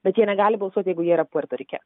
bet jie negali balsuot jeigu jie yra puerto rike